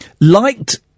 liked